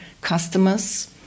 customers